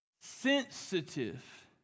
sensitive